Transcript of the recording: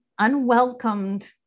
unwelcomed